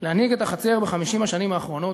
להנהיג את החצר ב-50 השנים האחרונות,